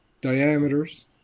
diameters